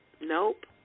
Nope